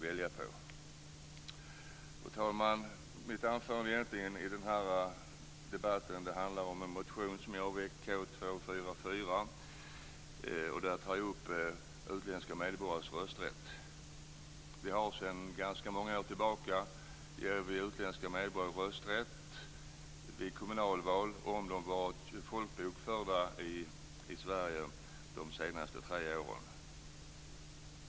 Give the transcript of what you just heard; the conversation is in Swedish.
Fru talman! Mitt anförande i den här debatten handlar egentligen om en motion som jag har väckt, K244. Där tar jag upp utländska medborgares rösträtt. Sedan ganska många år tillbaka har utländska medborgare rösträtt i kommunalval om de har varit folkbokförda i Sverige under de senaste tre åren.